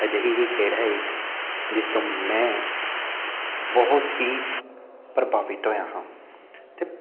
ਅਜਿਹੀ ਹੀ ਖੇਡ ਹੈ ਇੱਕ ਜਿਸ ਤੋਂ ਮੈਂ ਬਹੁਤ ਹੀ ਪ੍ਰਭਾਵਿਤ ਹੋਇਆ ਹਾਂ ਅਤੇ